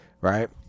right